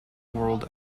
world